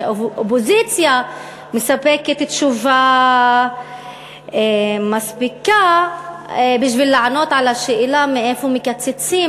שהאופוזיציה מספקת תשובה מספיקה בשביל לענות על השאלה מאיפה מקצצים.